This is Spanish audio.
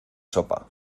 sopa